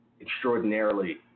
Extraordinarily